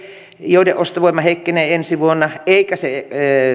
joiden ostovoima heikkenee ensi vuonna eikä